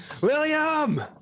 William